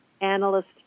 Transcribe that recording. analyst